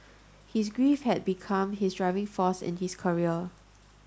his grief had become his driving force in his career